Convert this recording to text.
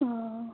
অঁ